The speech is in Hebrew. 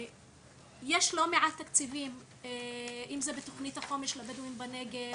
יש לא מעט תקציבים אם זה בתוכנית החומש לבדואים בנגב,